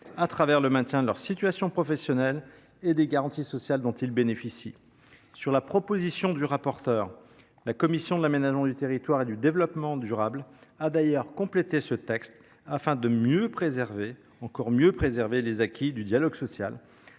salariés, le maintien de leur situation professionnelle et des garanties sociales dont ils bénéficient. Sur la proposition du rapporteur, la commission de l’aménagement du territoire et du développement durable a d’ailleurs complété ce texte, afin de préserver mieux encore les acquis du dialogue social,